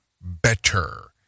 better